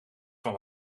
van